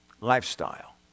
lifestyle